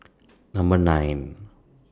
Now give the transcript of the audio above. Number nine